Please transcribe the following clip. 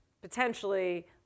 potentially